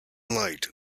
night